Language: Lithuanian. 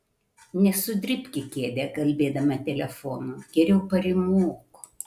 nesudribk į kėdę kalbėdama telefonu geriau parymok